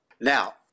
Now